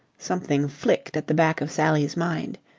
something flicked at the back of sally's mind.